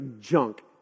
junk